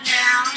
now